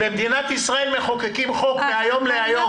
במדינת ישראל מחוקקים חוק מהיום להיום.